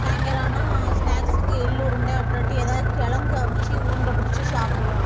சாயங்காலம் ஆனால் ஸ்நாக்ஸுக்கு எள்ளுருண்டை அப்படி இல்லாட்டி எதாவது கெழங்கு அவிச்சி உருண்டை பிடிச்சி சாப்பிடுவோம்